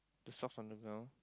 the stuff on the ground